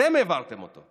אתם העברתם אותו.